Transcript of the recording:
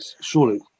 surely